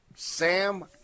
Sam